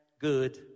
good